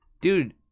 Dude